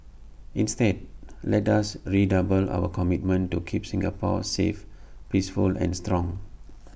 instead let us redouble our commitment to keep Singapore safe peaceful and strong